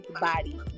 body